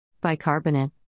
Bicarbonate